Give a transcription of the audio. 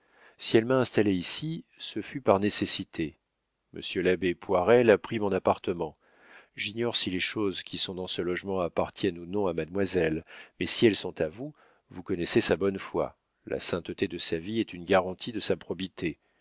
si elle m'a installé ici ce fut par nécessité monsieur l'abbé poirel a pris mon appartement j'ignore si les choses qui sont dans ce logement appartiennent ou non à mademoiselle mais si elles sont à vous vous connaissez sa bonne foi la sainteté de sa vie est une garantie de sa probité